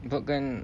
sebab kan